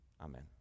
Amen